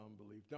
unbelief